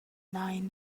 denying